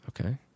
Okay